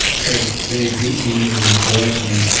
hey, they beat me or they coerced me.